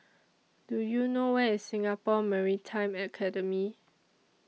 Do YOU know Where IS Singapore Maritime Academy